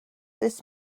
this